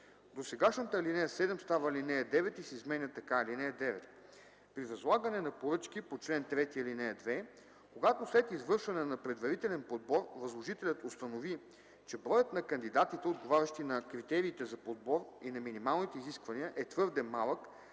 Досегашната ал. 7 става ал. 9 и се изменя така: “(9) При възлагане на поръчки по чл. 3, ал. 2, когато след извършване на предварителен подбор възложителят установи, че броят на кандидатите, отговарящи на критериите за подбор и на минималните изисквания, е твърде малък,